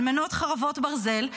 אלמנות חרבות ברזל,